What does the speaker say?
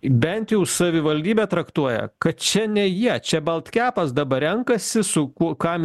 bent jau savivaldybė traktuoja kad čia ne jie čia baltkepas dabar renkasi su kuo kam